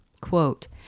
Quote